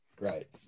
Right